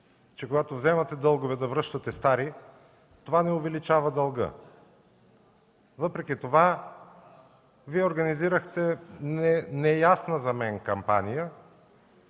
че когато вземате дългове, да връщате стари, това не увеличава дълга. Въпреки това Вие организирахте неясна за мен кампания,